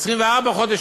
אחרי 24 חודש,